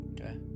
okay